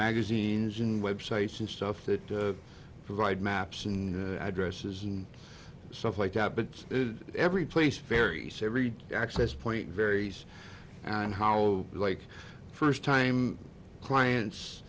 magazines and websites and stuff that provide maps and addresses and stuff like that but every place very savory access point varies on how you like first time clients